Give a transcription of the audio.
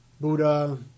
Buddha